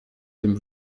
dem